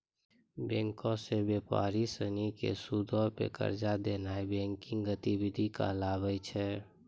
बैंको से व्यापारी सिनी के सूदो पे कर्जा देनाय बैंकिंग गतिविधि कहाबै छै